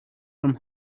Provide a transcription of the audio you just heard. from